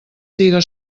siga